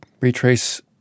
retrace